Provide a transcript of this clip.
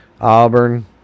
Auburn